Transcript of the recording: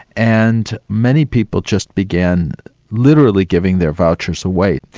and many people just began literally giving their vouchers away.